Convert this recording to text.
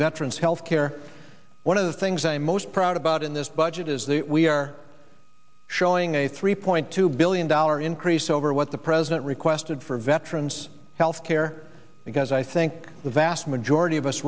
veterans health care one of the things i'm most proud about in this budget is that we are showing a three point two billion dollar increase over what the president requested for veterans health care because i think the vast majority of us